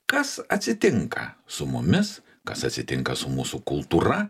kas atsitinka su mumis kas atsitinka su mūsų kultūra